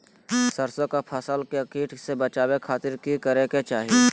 सरसों की फसल के कीट से बचावे खातिर की करे के चाही?